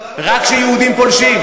רק כשיהודים פולשים?